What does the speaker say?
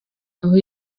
aho